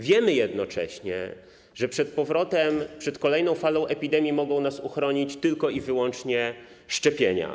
Wiemy jednocześnie, że przed powrotem, przed kolejną falą epidemii mogą nas uchronić wyłącznie szczepienia.